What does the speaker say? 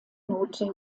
note